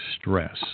stress